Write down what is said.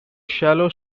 shallow